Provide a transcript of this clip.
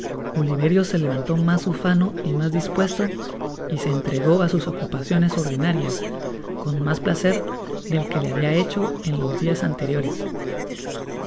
oliverio se levantó mas ufano y mas dispuesto y se entregó á sus ocupaciones ordinarias con mas placer del que le habia hecha en los dias anteriores